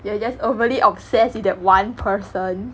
you are just overly obsessed with that one person